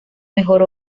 mejor